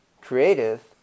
creative